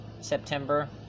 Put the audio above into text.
September